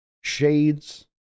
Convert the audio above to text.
Shades